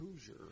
Hoosier